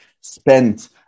spent